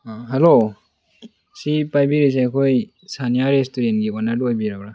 hello ꯁꯤ ꯄꯥꯏꯕꯤꯔꯤꯁꯦ ꯑꯩꯈꯣꯏ ꯁꯟꯅꯤꯌꯥ ꯔꯦꯁꯇꯨꯔꯦꯟꯒꯤ ꯍꯣꯅꯔꯗꯣ ꯑꯣꯏꯕꯤꯔꯕ꯭ꯔꯥ